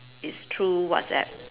it's through WhatsApp